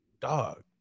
dog